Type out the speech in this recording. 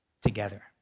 together